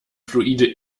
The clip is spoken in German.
fluide